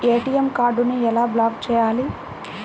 ATM కార్డుని ఎలా block చేయాలి?